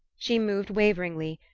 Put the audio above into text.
she moved waveringly,